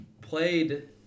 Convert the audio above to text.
played